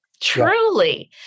truly